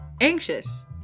anxious